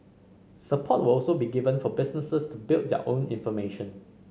support will also be given for businesses to build their own information